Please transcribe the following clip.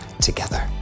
together